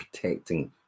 protecting